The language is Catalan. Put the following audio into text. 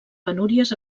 penúries